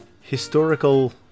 historical